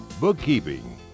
bookkeeping